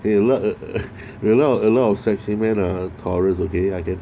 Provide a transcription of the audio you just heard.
there are a lot of a lot of a lot of sexy men are taurus okay I can